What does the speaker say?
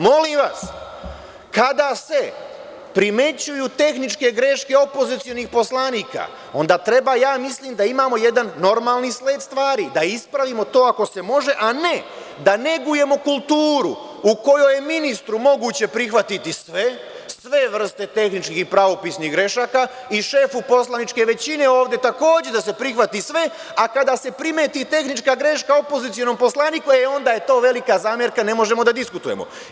Molim vas, kada se primećuju tehničke greške opozicionih poslanika, onda treba ja mislim da imamo jedan normalni sled stvari, da ispravimo to ako se može, a ne da negujemo kulturu u kojoj je ministru moguće prihvatiti sve, sve vrste tehničkih i pravopisnih grešaka, i šefu poslaničke većine ovde da se takođe prihvati sve, a kada se primeti tehnička greška opozicionom poslaniku, onda je to velika zamerka, ne možemo da diskutujemo.